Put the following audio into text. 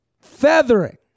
feathering